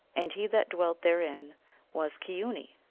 and he that dwelt therein was keeoony,